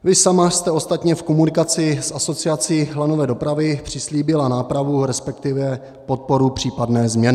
Vy sama jste ostatně v komunikaci s Asociací lanové dopravy přislíbila nápravu, resp. podporu případné změny.